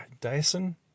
Dyson